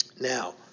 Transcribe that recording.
Now